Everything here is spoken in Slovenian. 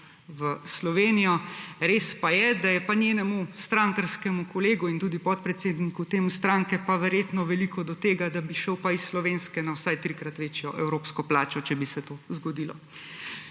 v Slovenijo. Res pa je, da je pa njenemu strankarskemu kolegu in tudi podpredsedniku te stranke pa verjetno veliko do tega, da bi šel pa iz slovenske na vsaj trikrat večjo evropsko plačo, če bi se to zgodilo.